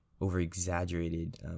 over-exaggerated